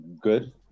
good